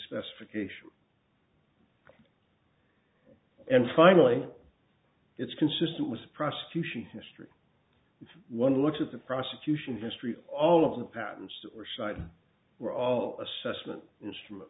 specifications and finally it's consistent with the prosecution history one looks at the prosecution's history all of the patents were cited were all assessment instrument